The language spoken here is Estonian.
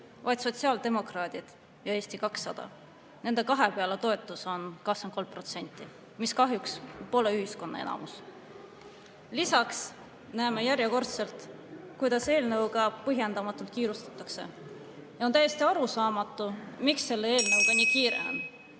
vaid sotsiaaldemokraadid ja Eesti 200. Nende kahe peale toetus on 23%, mis kahjuks pole ühiskonna enamus. Lisaks näeme järjekordselt, kuidas eelnõuga põhjendamatult kiirustatakse. Ja on täiesti arusaamatu, miks selle eelnõuga nii kiire on.